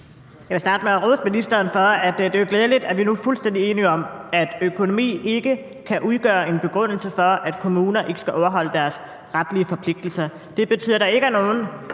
Jeg vil starte med at rose ministeren for, og det er glædeligt, at vi nu er fuldstændig enige om, at økonomien ikke kan udgøre en begrundelse for, at kommuner ikke skal overholde deres retlige forpligtelser. Det betyder, at der ikke er nogen